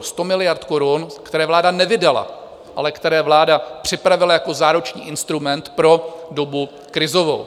Sto miliard korun, které vláda nevydala, ale které vláda připravila jako záruční instrument pro dobu krizovou.